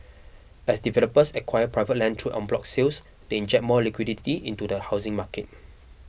as developers acquire private land through En bloc sales they inject more liquidity into the housing market